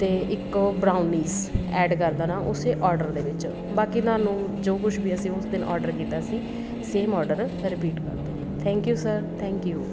ਅਤੇ ਇੱਕ brownies add ਕਰ ਦੇਣਾ ਉਸ ਔਡਰ ਦੇ ਵਿੱਚ ਬਾਕੀ ਤੁਹਾਨੂੰ ਜੋ ਕੁਛ ਵੀ ਅਸੀਂ ਉਸ ਦਿਨ ਔਡਰ ਕੀਤਾ ਸੀ ਸੇਮ ਔਡਰ ਰਿਪੀਟ ਕਰ ਦਿਉ thank you sir thank you